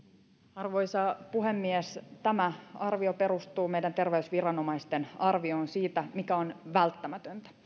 arvoisa puhemies tämä arvio perustuu meidän terveysviranomaistemme arvioon siitä mikä on välttämätöntä